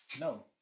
No